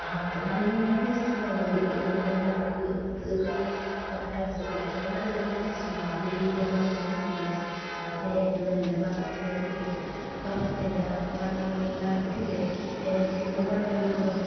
അപ്പോൾ നല്ല ടേസ്റ്റ് ഉണ്ടാവും അത് ഇങ്ങനെ നമുക്ക് ഇതൊക്കെ ആ പായസം കുടിക്കുമ്പോള് നല്ല ടേസ്റ്റ് ഉണ്ടാവും ആ നെയ്യിടെ മണവും പിന്നെ ആ തേങ്ങ നല്ല വറുത്ത ഇത് വറുത്തതിന്റെ ആ മണവും എല്ലാമായിട്ടു ഇല്ലേ ഏലക്കന്റെ മണവും എല്ലാം കൂടുമ്പോൾ